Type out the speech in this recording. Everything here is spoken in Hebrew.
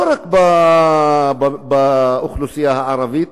לא רק באוכלוסייה הערבית.